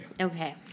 Okay